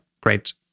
great